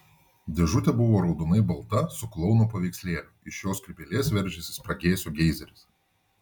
dėžutė buvo raudonai balta su klouno paveikslėliu iš jo skrybėlės veržėsi spragėsių geizeris